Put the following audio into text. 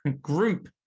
group